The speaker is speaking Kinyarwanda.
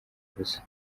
gusa